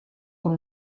con